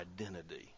identity